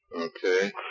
Okay